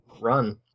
run